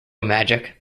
magic